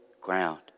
ground